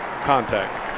contact